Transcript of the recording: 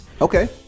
Okay